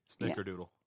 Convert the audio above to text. snickerdoodle